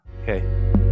okay